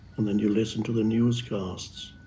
and then you listen to the newscasts,